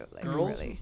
Girls